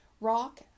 rock